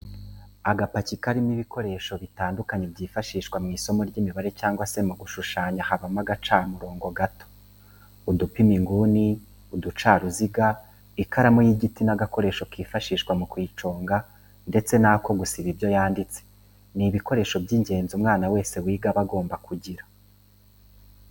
Agapaki karimo ibikoresho bitandukanye byifashishwa mu isomo ry'imibare cyangwa se mu gushushanya habamo agacamurongo gato, udupima inguni, uducaruziga, ikaramu y'igiti n'agakoresho kifashishwa mu kuyiconga ndetse n'ako gusiba ibyo yanditse, ni ibikoresho by'ingenzi umwana wese wiga aba agomba kugira.